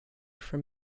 from